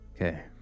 Okay